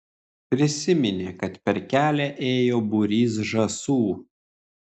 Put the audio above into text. prisiminė kad per kelią ėjo būrys žąsų